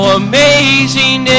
amazing